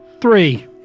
Three